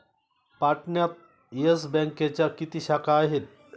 पाटण्यात येस बँकेच्या किती शाखा आहेत?